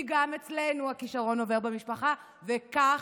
כי גם אצלנו הכישרון עובר במשפחה וכך